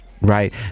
Right